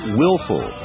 willful